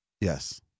Yes